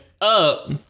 up